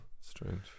strange